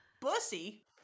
bussy